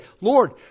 Lord